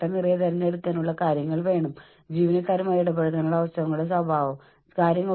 എന്റെ നിർദ്ദേശം ഇതാണ് ഒരു 15 മുതൽ 20 മിനിറ്റ് വരെ ചിലവഴിച്ച് നിങ്ങളുടെ ഓഫീസ് ക്രമീകരിക്കുക